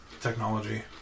technology